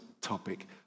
topic